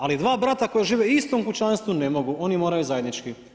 Ali dva brata koja žive u istom kućanstvu ne mogu, oni moraju zajednički.